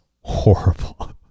horrible